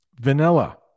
vanilla